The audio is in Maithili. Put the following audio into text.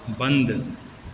बन्द